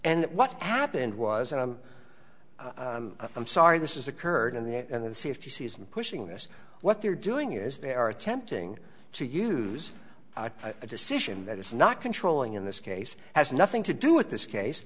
and what happened was and i'm sorry this is occurred in the air and the safety season pushing this what they're doing is they're attempting to use a decision that is not controlling in this case has nothing to do with this case